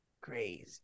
crazy